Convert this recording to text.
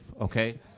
okay